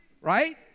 right